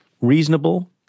reasonable